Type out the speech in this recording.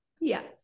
Yes